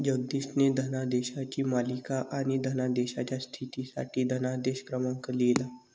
जगदीशने धनादेशांची मालिका आणि धनादेशाच्या स्थितीसाठी धनादेश क्रमांक लिहिला